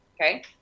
Okay